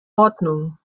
ordnung